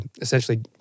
essentially